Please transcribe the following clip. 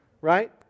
Right